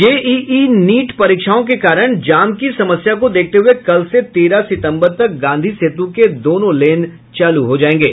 JEE NEET परीक्षाओं के कारण जाम की समस्या को देखते हुये कल से तेरह सितंबर तक गांधी सेतु के दोनों लेन चालू हो जायेंगे